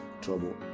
trouble